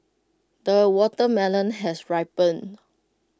the watermelon has ripened